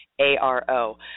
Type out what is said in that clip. A-R-O